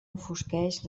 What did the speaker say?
enfosqueix